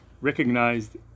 recognized